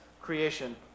creation